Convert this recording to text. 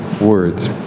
words